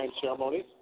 ceremonies